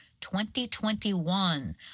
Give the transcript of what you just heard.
2021